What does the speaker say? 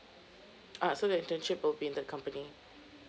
ah so the internship will be in the company